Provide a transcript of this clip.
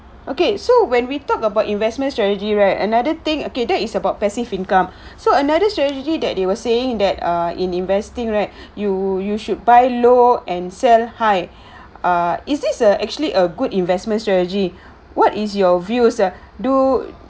okay so when we talk about investment strategy right another thing okay that is about passive income so another strategy that they were saying that uh in investing right you you should buy low and sell high ah is this a actually a good investment strategy what is your views ah do